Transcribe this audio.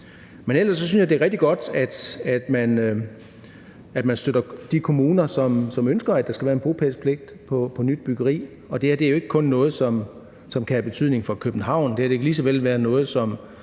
Men ellers synes jeg, det er rigtig godt, at man støtter de kommuner, som ønsker, at der skal være en bopælspligt på nyt byggeri. Og det her er jo ikke kun noget, som kan have betydning for København. Det her kan lige så vel være noget, som